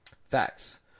facts